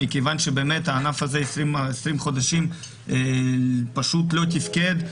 מכיוון שהענף הזה 20 חודשים פשוט לא תפקד.